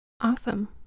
Awesome